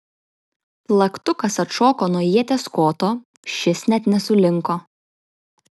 plaktukas atšoko nuo ieties koto šis net nesulinko